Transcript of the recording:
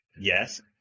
yes